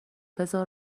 بزار